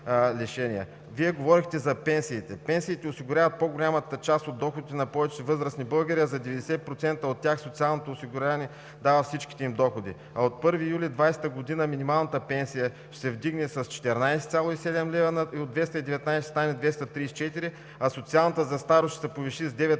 Вие говорихте за пенсиите. Пенсиите осигуряват по-голямата част от доходите на повече възрастни българи, а за 90% от тях социалното осигуряване дава всичките им доходи. От 1 юли 2020 г. минималната пенсия ще се вдигне с 14,7 лв. и от 219 лв. ще стане 234 лв., а социалната за старост ще се повиши с 9